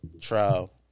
trial